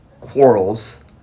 quarrels